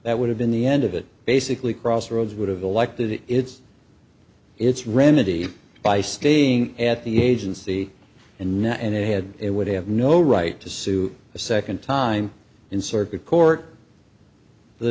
that would have been the end of it basically crossroads would have elected it it's it's remedy by staying at the agency and now and it had it would have no right to sue a second time in circuit court the